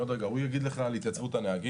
עוד רגע הוא יגיד לך על התייצבות הנהגים.